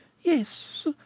yes